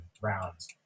rounds